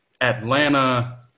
atlanta